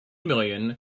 million